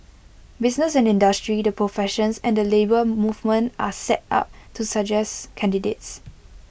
business and industry the professions and the Labour Movement are set up to suggest candidates